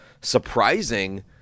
surprising